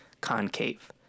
concave